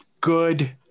Good